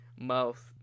mouth